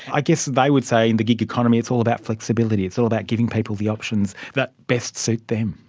i guess they would say in the gig economy it's all about flexibility, it's all about giving people the options that best suit them.